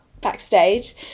backstage